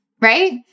right